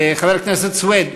חבר הכנסת סוייד,